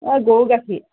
অঁ গৰু গাখীৰ